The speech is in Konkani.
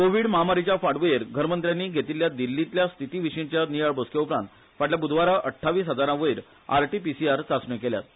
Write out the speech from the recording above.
कोविड म्हामारिच्या फाटभूयेर घरमंत्र्यांनी घेतिल्ल्या दिल्ठीतल्या स्थितीविशींच्या नियाळ बसकेउप्रांत फाटल्या बुधवारा अठ्ठावीस हजारावयर आरटीपीसीआर चाचण्यो केल्यात